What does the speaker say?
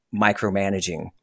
micromanaging